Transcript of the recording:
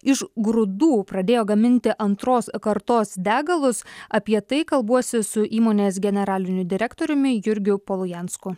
iš grūdų pradėjo gaminti antros kartos degalus apie tai kalbuosi su įmonės generaliniu direktoriumi jurgiu polujansku